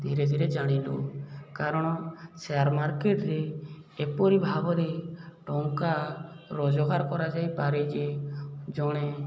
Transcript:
ଧୀରେ ଧୀରେ ଜାଣିଲୁ କାରଣ ସେୟାର ମାର୍କେଟରେ ଏପରି ଭାବରେ ଟଙ୍କା ରୋଜଗାର କରାଯାଇପାରେ ଯେ ଜଣେ